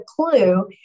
clue